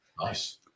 Nice